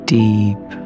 deep